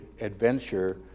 adventure